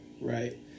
right